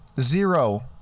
Zero